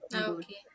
Okay